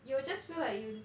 you will just feel like you